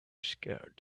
scared